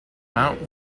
mount